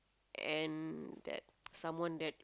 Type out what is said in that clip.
and that someone that